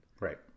Right